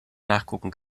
nachgucken